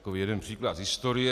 Takový jeden příklad z historie.